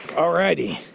alrighty.